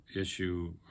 issue